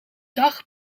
dag